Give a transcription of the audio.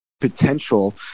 potential